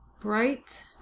bright